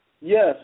Yes